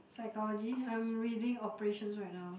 psychology I'm reading operations right now